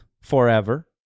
forever